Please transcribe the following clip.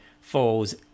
falls